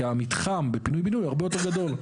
כי המתחם בפינוי בינוי, הוא הרבה יותר גדול.